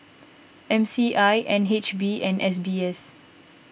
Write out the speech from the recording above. M C I N H B and S B S